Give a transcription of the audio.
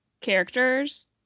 characters